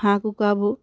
হাঁহ কুকুৰাবোৰ